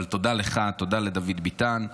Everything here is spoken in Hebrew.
אבל, תודה לך, תודה לדוד ביטן.